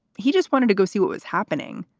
he just wanted to go see what was happening.